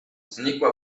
znikła